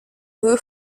höhe